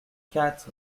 quatre